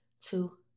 two